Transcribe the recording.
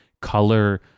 color